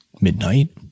midnight